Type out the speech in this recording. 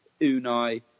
Unai